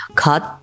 cut